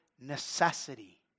necessity